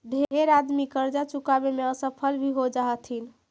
ढेर आदमी करजा चुकाबे में असफल भी हो जा हथिन